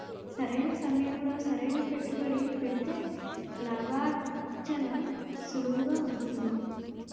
సరైన సమయంలో సరైన పెట్టుబడి పెడితే లాభార్జన సులువుగా ఉంటుంది